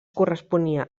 corresponia